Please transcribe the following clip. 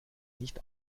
nicht